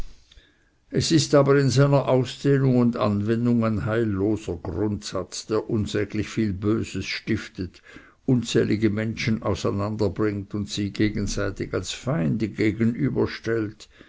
es ist aber in seiner ausdehnung und anwendung ein heilloser grundsatz der unsäglich viel böses stiftet unzählige menschen auseinanderbringt sie gegenseitig als feinde gegenüberstellt